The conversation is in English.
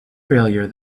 failure